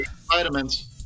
Vitamins